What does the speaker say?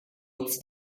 its